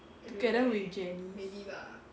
together with janice